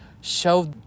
show